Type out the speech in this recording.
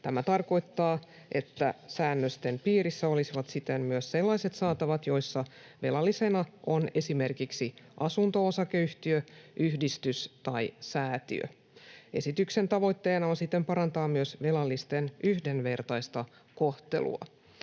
Tämä tarkoittaa, että säännösten piirissä olisivat siten myös sellaiset saatavat, joissa velallisena on esimerkiksi asunto-osakeyhtiö, yhdistys tai säätiö. Esityksen tavoitteena on siten parantaa myös velallisten yhdenvertaista kohtelua.